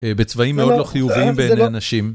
בצבעים מאוד לא חיוביים בעיני אנשים.